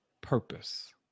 purpose